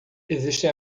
existem